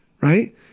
right